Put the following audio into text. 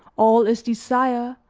all is desire,